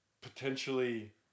potentially